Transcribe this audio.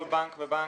כל בנק ובנק,